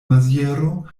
maziero